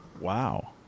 Wow